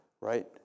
right